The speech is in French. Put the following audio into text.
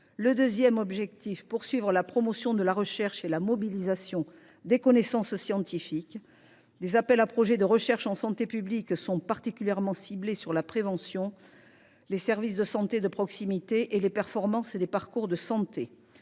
deuxième objectif est de poursuivre la promotion de la recherche et la mobilisation des connaissances scientifiques. Les appels à projets de recherche en santé publique seront particulièrement ciblés sur la prévention, les services de santé de proximité et la performance des parcours de santé.